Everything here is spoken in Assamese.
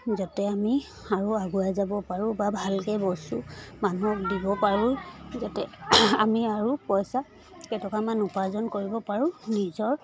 যাতে আমি আৰু আগুৱাই যাব পাৰোঁ বা ভালকৈ বস্তু মানুহক দিব পাৰোঁ যাতে আমি আৰু পইচা কেইটকামান উপাৰ্জন কৰিব পাৰোঁ নিজৰ